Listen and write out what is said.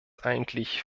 eigentlich